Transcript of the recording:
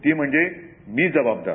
ती म्हणजे मी जबाबदार